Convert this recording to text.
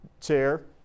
chair